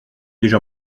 déjà